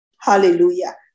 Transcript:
Hallelujah